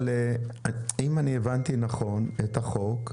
אבל אם הבנתי נכון את החוק,